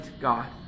God